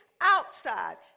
outside